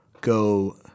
go